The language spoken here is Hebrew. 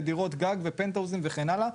ודירות גג ופנטהאוזים וכן הלאה,